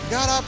God